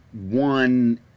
one